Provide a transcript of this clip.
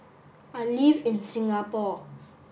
I live in Singapore